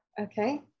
okay